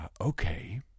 Okay